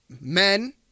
men